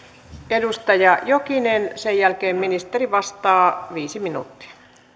edustaja jokinen sen jälkeen ministeri vastaa viisi minuuttia